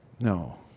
No